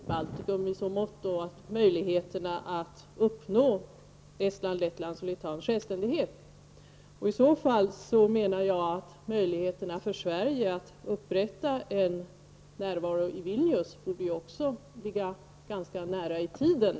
Herr talman! Utrikesministern ger i dag, tycker jag, uttryck för en ganska förtröstansfull syn på utvecklingen i Baltikum när det gäller möjligheterna att uppnå Estlands, Lettlands och Litauens självständighet. I så fall menar jag att möjligheterna för Sverige att upprätta en närvaro i Vilnius också borde ligga ganska nära i tiden.